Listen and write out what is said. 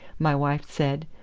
my wife said.